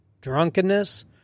drunkenness